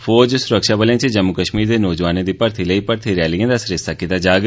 फौज सुरक्षाबलें च जम्मू कश्मीर दे नौजोआने दी भर्थी लेई मर्थी रैलियें दा सरिस्ता कीता जाग